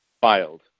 filed